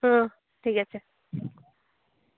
ᱴᱷᱤᱠ ᱟᱪᱷᱮ